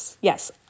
yes